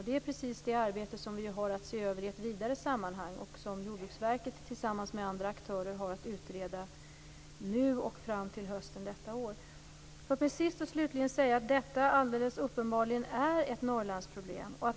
Det är precis det arbetet vi har att se över i ett vidare sammanhang och som Jordbruksverket tillsammans med andra aktörer har att utreda nu och fram till hösten detta år. Låt mig till sist säga att detta alldeles uppenbarligen är ett Norrlandsproblem.